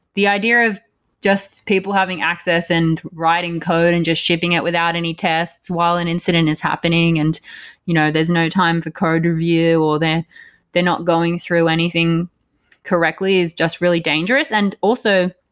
the idea of just people having access and writing code and just shipping it without any tests while an incident is happening and you know there's no time for code review, or they're they're not going through anything correctly is just really dangerous and also,